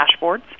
dashboards